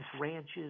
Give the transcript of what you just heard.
ranches